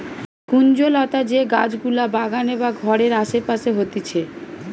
কুঞ্জলতা যে গাছ গুলা বাগানে বা ঘরের আসে পাশে হতিছে